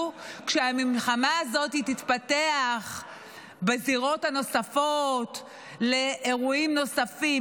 כשהמלחמה הזאת תתפתח בזירות הנוספות לאירועים נוספים.